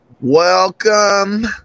Welcome